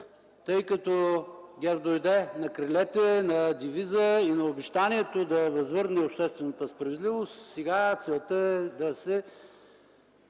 тъй като ГЕРБ дойде на крилете, на девиза и на обещанието да възвърне обществената справедливост. Сега целта е да се